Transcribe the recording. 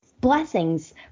blessings